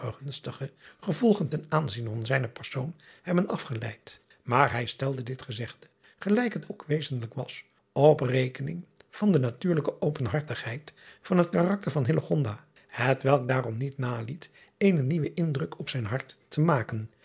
gevolgen ten aanzien van zijnen persoon hebben afgeleid maar hij stelde dit gezegde gelijk het ook wezenlijk was op rekening van de natuurlijke openhartigheid van het karakter van het welk daarom niet naliet eenen nieuwen indruk op zijn hart te maken